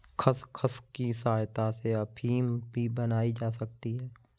खसखस की सहायता से अफीम भी बनाई जा सकती है